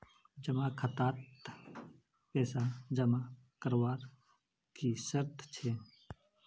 जमा खातात पैसा जमा करवार की शर्त छे?